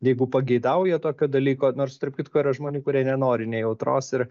jeigu pageidauja tokio dalyko nors tarp kitko yra žmonių kurie nenori nejautros ir